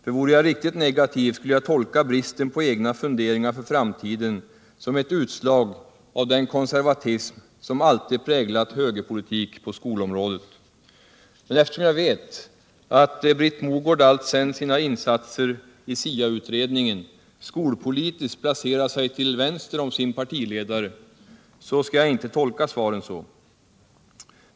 För vore jag riktigt negativ, skulle jag tolka bristen på egna funderingar för framtiden som ett utslag av den konservatism som alltid präglat högerpolitik på skolområdet. Eftersom jag vet att Britt Mogård alltsedan sina insatser i SIA-utredningen skolpolitiskt placerar sig till vänster om sin partiledare, så skall jag dock inte tolka svaren så.